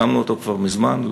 הקמנו אותו כבר מזמן,